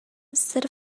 instead